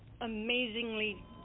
amazingly